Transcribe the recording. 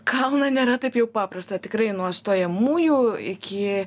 kalną nėra taip jau paprasta tikrai nuo stojamųjų iki